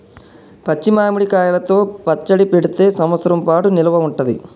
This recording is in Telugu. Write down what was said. పచ్చి మామిడి కాయలతో పచ్చడి పెడితే సంవత్సరం పాటు నిల్వ ఉంటది